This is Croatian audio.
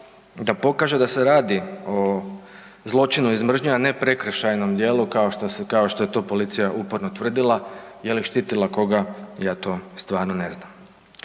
da pokaže da se radi o zločinu iz mržnje, a ne prekršajnom djelu kao što je to policija uporno tvrdila. Jel je štitila koga? Ja to stvarno ne znam.